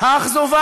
האכזבה